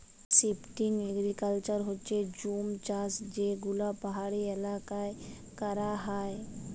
shifting agriculture হচ্যে জুম চাষযেগুলা পাহাড়ি এলাকায় করাক হয়